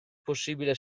possibile